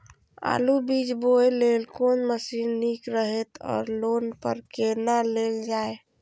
आलु बीज बोय लेल कोन मशीन निक रहैत ओर लोन पर केना लेल जाय?